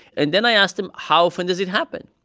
and then i ask them, how often does it happen?